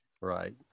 right